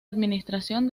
administración